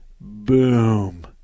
boom